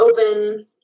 open